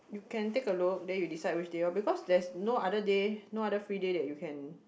you can take a look then you decide which day orh because there's no other day no other free day that you can